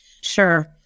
Sure